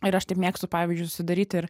ir aš taip mėgstu pavyzdžiui susidaryti ir